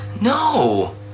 No